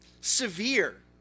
Severe